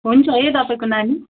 हुन्छ है तपाईँको नानी